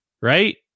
right